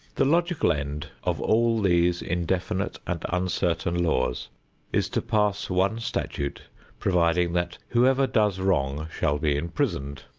the logical end of all these indefinite and uncertain laws is to pass one statute providing that whoever does wrong shall be imprisoned,